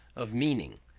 of meaning.